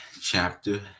chapter